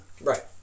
Right